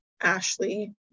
Ashley